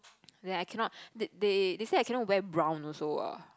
like I cannot they~ they they said I cannot wear brown also ah